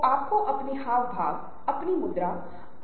और हम इन बातों पर भी चर्चा करेंगे